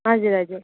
हजुर हजुर